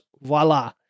voila